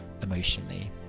emotionally